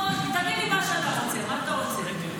תביא לי מה שאתה רוצה, מה שאתה רוצה.